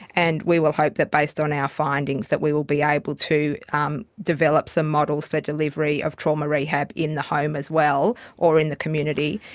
and we will hope that based on our findings that we will be able to um develop some models for delivery of trauma rehab in the home as well or in the community,